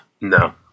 No